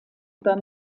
über